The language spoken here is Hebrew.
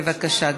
בבקשה,